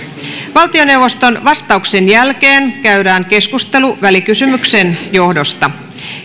valtioneuvoston vastauksen jälkeen käydään keskustelu välikysymyksen johdosta